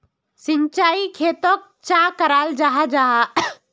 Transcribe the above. सिंचाई खेतोक चाँ कराल जाहा जाहा?